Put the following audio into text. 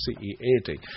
C-E-A-D